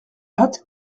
hâte